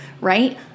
right